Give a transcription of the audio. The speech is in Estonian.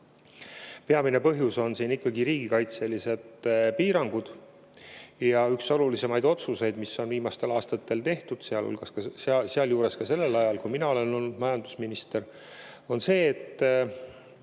Peamine põhjus on siin ikkagi riigikaitselised piirangud. Üks olulisimaid otsuseid, mis on viimastel aastatel tehtud, sealhulgas sellel ajal, kui mina olen olnud majandusminister, on see, et